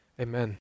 Amen